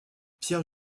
pierre